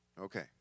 Okay